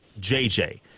JJ